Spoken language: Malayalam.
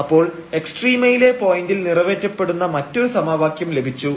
അപ്പോൾ എക്സ്ട്രീമയിലെ പോയന്റിൽ നിറവേറപ്പെടുന്ന മറ്റൊരു സമവാക്യം ലഭിച്ചു